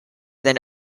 then